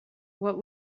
what